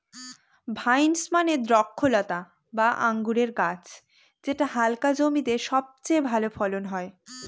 vines মানে দ্রক্ষলতা বা আঙুরের গাছ যেটা হালকা জমিতে সবচেয়ে ভালো ফলন হয়